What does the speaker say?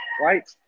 right